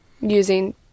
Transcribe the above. using